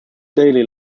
daily